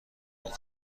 بود